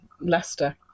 Leicester